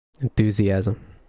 Enthusiasm